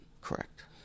Correct